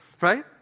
right